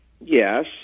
Yes